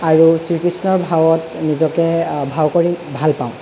আৰু শ্ৰীকৃষ্ণৰ ভাৱত নিজকে ভাও কৰি ভাল পাওঁ